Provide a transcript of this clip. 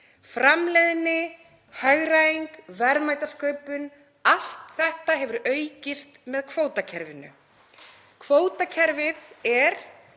Framleiðni, hagræðing, verðmætasköpun, allt þetta hefur aukist með kvótakerfinu. Kvótakerfið er